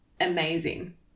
amazing